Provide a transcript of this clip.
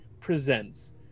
presents